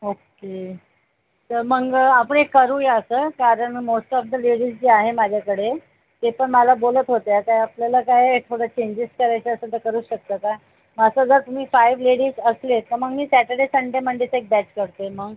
okay तर मग आपण एक करूया असं कारण मोस्ट ऑफ द लेडीज ज्या आहे माझ्याकडे ते पण मला बोलत होत्या का आपल्याला काय एक वख्त चेंजेस करायचे असेल तर करू शकता काय असं जर तुम्ही फाय्व लेडीज असले तर मग मी सॅटर्डे संडे मंडेचं एक बॅच करते मग